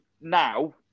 now